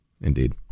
Indeed